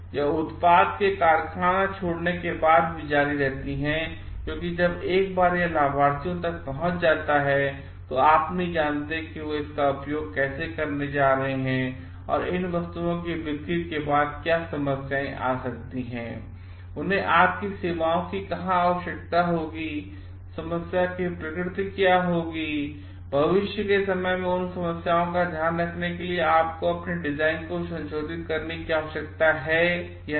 यह उत्पाद के कारखाने छोड़ने के बाद भी जारी रहता है क्योंकि एक बार जब यह लाभार्थियों तक पहुंच जाता है तो आप नहीं जानते कि वे इसका उपयोग कैसे करने जा रहे हैं और इन वस्तुओं की बिक्री के बाद क्या समस्याएं आ सकती हैं उन्हें आपकी सेवाओं की कहाँ आवश्यकता होगी समस्या की प्रकृति क्या होगी और भविष्य के समय में उन समस्याओं का ध्यान रखने के लिए आपको अपने डिजाइन को संशोधित करने की आवश्यकता है या नहीं